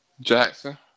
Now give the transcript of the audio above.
Jackson